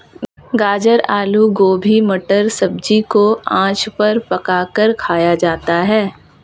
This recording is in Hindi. गाजर आलू गोभी मटर सब्जी को आँच पर पकाकर खाया जाता है